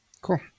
cool